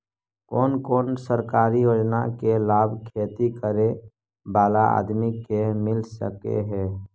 कोन कोन सरकारी योजना के लाभ खेती करे बाला आदमी के मिल सके हे?